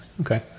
Okay